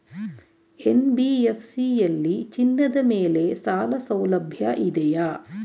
NBFC ಯಲ್ಲಿ ಚಿನ್ನದ ಮೇಲೆ ಸಾಲಸೌಲಭ್ಯ ಇದೆಯಾ?